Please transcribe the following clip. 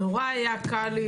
נורא היה קל לי,